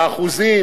באחוזים,